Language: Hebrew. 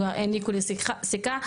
העניקו לי סיכה.